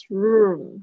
room